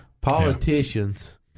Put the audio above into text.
politicians